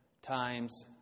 Times